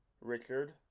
Richard